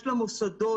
יש למוסדות,